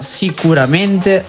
sicuramente